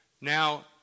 Now